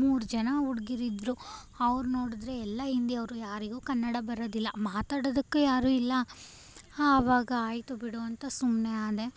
ಮೂರು ಜನ ಹುಡ್ಗಿರಿದ್ರು ಅವ್ರು ನೋಡಿದ್ರೆ ಎಲ್ಲ ಹಿಂದಿಯವ್ರು ಯಾರಿಗೂ ಕನ್ನಡ ಬರೋದಿಲ್ಲ ಮಾತಾಡೋದಕ್ಕೂ ಯಾರೂ ಇಲ್ಲ ಆವಾಗ ಆಯಿತು ಬಿಡು ಅಂತ ಸುಮ್ಮನೆ ಆದೆ